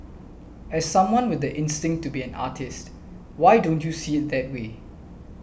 as someone with the instinct to be an artist why don't you see it that way